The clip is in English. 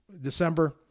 December